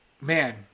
Man